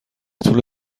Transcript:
طول